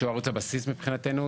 שהוא ערוץ הבסיס מבחינתנו,